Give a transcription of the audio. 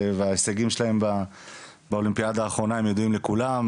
וההישגים שלהם באולימפיאדה האחרונה הם ידועים לכולם.